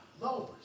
lowers